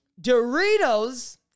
Doritos